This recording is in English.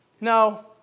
no